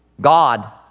God